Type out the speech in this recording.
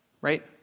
right